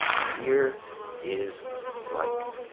here is life,